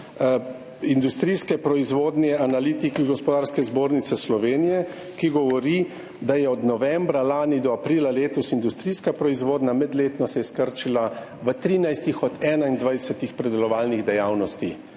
industrijske proizvodnje, Analitika Gospodarske zbornice Slovenije govori, da se je od novembra lani do aprila letos industrijska proizvodnja medletno skrčila v 13 od 21 predelovalnih dejavnosti.